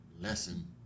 lesson